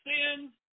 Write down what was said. sins